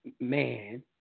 man